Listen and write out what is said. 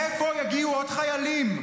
מאיפה יגיעו עוד חיילים?